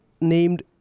named